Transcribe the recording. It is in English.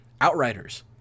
outriders